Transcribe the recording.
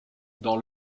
dans